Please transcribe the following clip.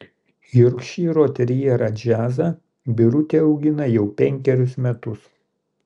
jorkšyro terjerą džiazą birutė augina jau penkerius metus